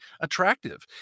attractive